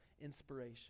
inspiration